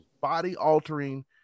body-altering